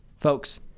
folks